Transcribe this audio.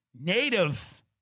native